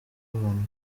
abantu